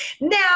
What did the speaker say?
Now